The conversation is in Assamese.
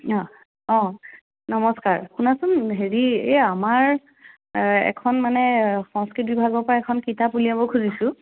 অ' অ' নমস্কাৰ শুনাচোন হেৰি এই আমাৰ এখন মানে সংস্কৃত বিভাগৰ পৰা এখন কিতাপ উলিয়াব খুজিছোঁ